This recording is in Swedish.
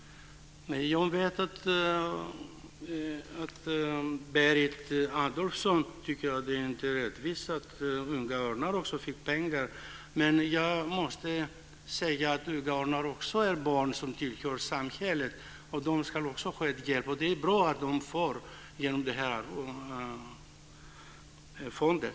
Jag vet att Berit Adolfsson inte tycker att det är rättvist att också Unga Örnar fick pengar. Men i Unga Örnar finns också barn som tillhör samhället. De ska också ha hjälp. Det är bra att de får det genom fonden.